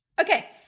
Okay